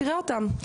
תראה אותם,